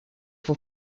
for